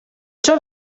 ciò